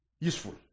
useful